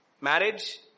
Marriage